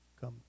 come